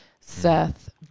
Seth